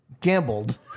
gambled